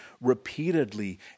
repeatedly